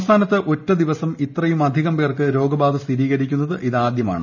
സംസ്ഥാനത്ത് ഒറ്റ ദിവസം ഇത്രയുമധികം പേർക്ക് രോഗബാധ സ്ഥിരീകരിക്കുന്നത് ഇതാദ്യമാണ്